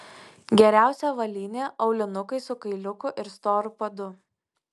geriausia avalynė aulinukai su kailiuku ir storu padu